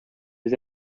was